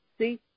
See